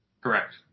Correct